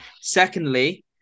Secondly